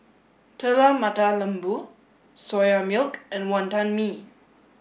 telur mata lembu soya milk and wantan mee